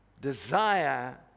desire